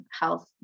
health